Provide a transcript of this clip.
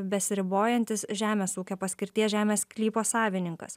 besiribojantis žemės ūkio paskirties žemės sklypo savininkas